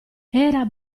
era